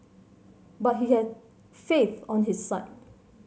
but he had faith on his side